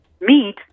meat